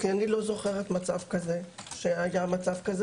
כי אני לא זוכרת שהיה מצב כזה,